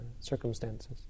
circumstances